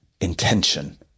intention